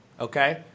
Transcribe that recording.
okay